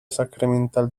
sacramental